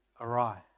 awry